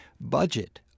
budget